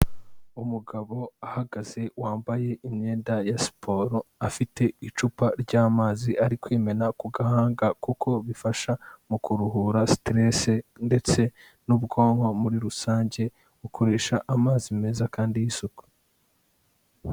Umugabo ahagaze wambaye imyenda ya siporo, afite icupa ry'amazi ari kwimena ku gahanga kuko bifasha mu kuruhura Siteresi ndetse n'ubwonko muri rusange, bukoresha amazi meza kandi y'isuku.